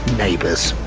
neighbours.